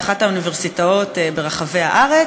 באחת האוניברסיטאות ברחבי הארץ,